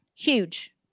Huge